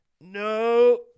No